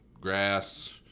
grass